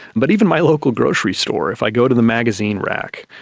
but even my local grocery store, if i go to the magazine rack,